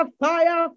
fire